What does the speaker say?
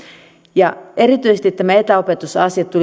ja erityisesti nämä etäopetusasiat